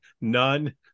none